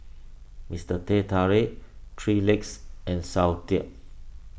Mister Teh Tarik three Legs and Soundteoh